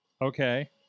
Okay